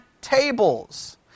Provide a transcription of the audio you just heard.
tables